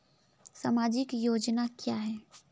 सामाजिक योजना क्या है?